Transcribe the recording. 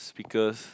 speakers